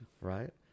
Right